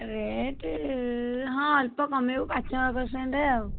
rate ହଁ ଅଳ୍ପ କମେଇବୁ ପାଞ୍ଚ ପର୍ସେଣ୍ଟ୍ ଆଉ